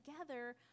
together